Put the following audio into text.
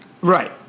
Right